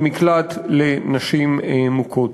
למקלט לנשים מוכות.